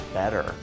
better